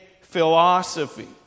philosophy